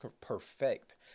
perfect